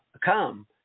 come